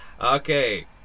Okay